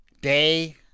Day